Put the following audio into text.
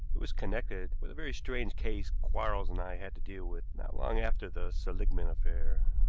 it was connected with a very strange case quarles and i had to deal with not long after the seligmann affair.